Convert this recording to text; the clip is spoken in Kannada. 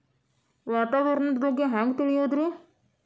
ವಾತಾವರಣದ ಬಗ್ಗೆ ಹ್ಯಾಂಗ್ ತಿಳಿಯೋದ್ರಿ?